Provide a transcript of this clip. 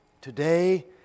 Today